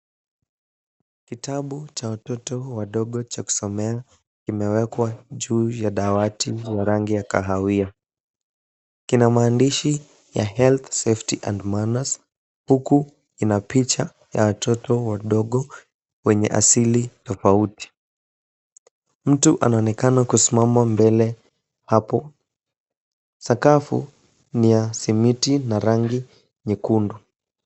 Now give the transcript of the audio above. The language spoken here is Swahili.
Kitabu cha watoto wadogo cha kusomea imewekwa juu ya dawati ya rangi ya kahawia, kina maandishi ya health safety and manners huku ina picha ya watoto wadogo wenye asili tofauti, mtu anaonekana kusimama mbele hapo .Sakafu ni ya simiti na rangi nyekundu.